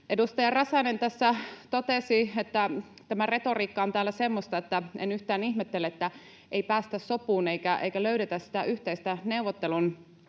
Edustaja Räsänen tässä totesi, että ”tämä retoriikka on täällä semmoista, että en yhtään ihmettele, että ei päästä sopuun eikä löydetä sitä yhteistä neuvottelun